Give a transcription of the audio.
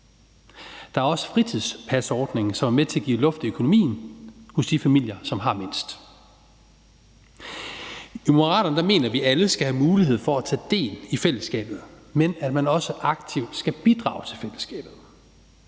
Der er også fritidspasordningen, som er med til at give luft i økonomien hos de familier, som har mindst. I Moderaterne mener vi, at alle skal have mulighed for at tage del i fællesskabet, men at man også aktivt skal bidrage til fællesskabet.